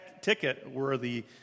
ticket-worthy